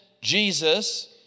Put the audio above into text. Jesus